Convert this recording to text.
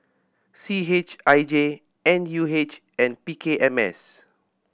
C H I J N U H and P K M S